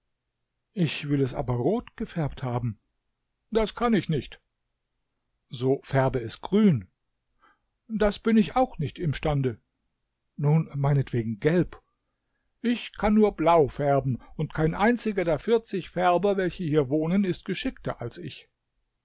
ich will es aber rot gefärbt haben das kann ich nicht so färbe es grün das bin ich auch nicht imstande nun meinetwegen gelb ich kann nur blau färben und kein einziger der vierzig färber welche hier wohnen ist geschickter als ich